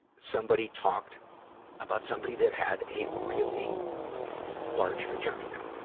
somebody talked about somebody that had a really large vagina,